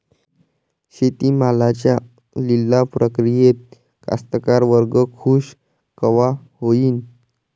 शेती मालाच्या लिलाव प्रक्रियेत कास्तकार वर्ग खूष कवा होईन?